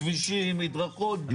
כבישים, מדרכות.